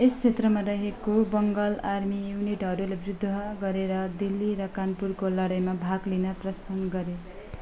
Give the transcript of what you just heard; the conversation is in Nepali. यस क्षेत्रमा रहेको बङ्गाल आर्मी युनिटहरूले विद्रोह गरेर दिल्ली र कानपुरको लडाइँमा भाग लिन प्रस्थान गरे